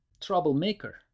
troublemaker